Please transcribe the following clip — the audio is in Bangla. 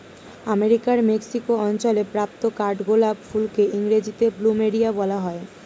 আমেরিকার মেক্সিকো অঞ্চলে প্রাপ্ত কাঠগোলাপ ফুলকে ইংরেজিতে প্লুমেরিয়া বলা হয়